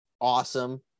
Awesome